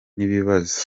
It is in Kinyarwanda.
n’ibibazo